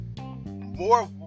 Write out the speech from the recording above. more